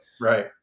right